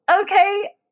okay